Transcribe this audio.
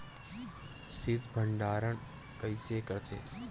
शीत भंडारण कइसे करथे?